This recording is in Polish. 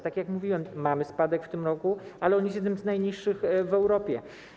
Tak jak mówiłem, mamy spadek w tym roku, ale on jest jednym z najniższych w Europie.